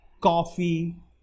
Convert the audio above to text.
coffee